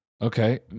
Okay